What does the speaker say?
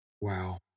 Wow